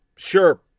Sure